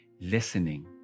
listening